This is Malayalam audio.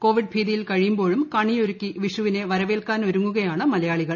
കോവിഡ് ഭീതിയിൽ കഴിയുമ്പോഴും കണിയൊരുക്കി വിഷുവിനെ വരവേൽക്കാനൊരുങ്ങുകയാണ് മലയാളികൾ